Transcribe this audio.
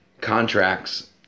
contracts